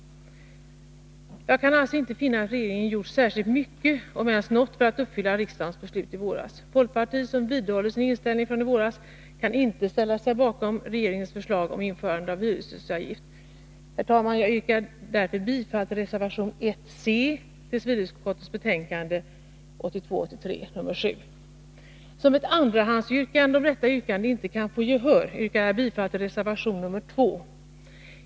Jag kan alltså inte finna att regeringen gjort särskilt mycket, om ens något, för att uppfylla riksdagens beslut i våras. Folkpartiet, som vidhåller sin inställning från i våras, kan inte ställa sig bakom regeringens förslag om införande av hyreshusavgift. Herr talman! Jag yrkar därför bifall till reservation 1c vid civilutskottets betänkande 1982/83:7. Nr 52 Som ett andrahandsyrkande, om detta yrkande inte skulle få gehör, yrkar Torsdagen den jag bifall till reservation 2.